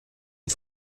und